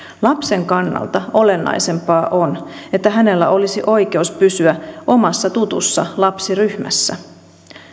lapsen kannalta olennaisempaa on että hänellä olisi oikeus pysyä omassa tutussa lapsiryhmässä